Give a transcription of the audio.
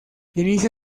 inicia